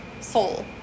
soul